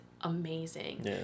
amazing